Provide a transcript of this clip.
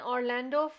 Orlando